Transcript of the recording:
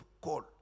call